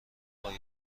باید